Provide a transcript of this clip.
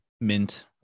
mint